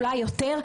ואולי יותר,